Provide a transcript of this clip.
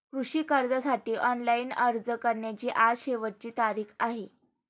कृषी कर्जासाठी ऑनलाइन अर्ज करण्याची आज शेवटची तारीख आहे